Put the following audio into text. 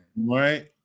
Right